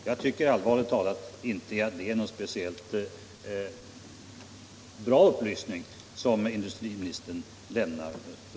Jag tycker allvarligt talat inte att den upplysning vi fått stärker industriministerns sak.